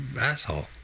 asshole